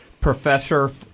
Professor